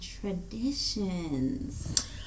traditions